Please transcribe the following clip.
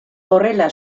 horrela